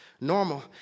Normal